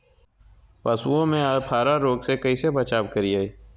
पशुओं में अफारा रोग से कैसे बचाव करिये?